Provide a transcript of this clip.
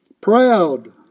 proud